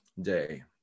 day